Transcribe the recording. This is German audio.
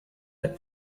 der